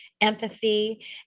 empathy